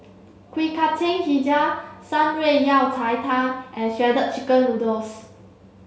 Kuih Kacang Hijau Shan Rui Yao Cai tang and shredded chicken noodles